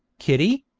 kitty!